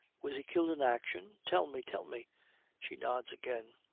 was he killed in action? tell me, tell me she nods again.